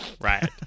Right